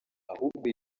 ahubwo